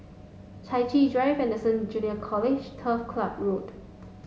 Chai Chee Drive Anderson Junior College Turf Club Road